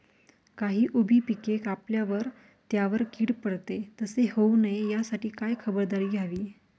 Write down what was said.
काही उभी पिके कापल्यावर त्यावर कीड पडते, तसे होऊ नये यासाठी काय खबरदारी घ्यावी?